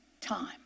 time